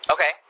Okay